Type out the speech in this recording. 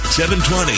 720